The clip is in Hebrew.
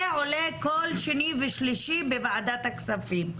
עולה כל שני ושלישי בוועדת הכספים,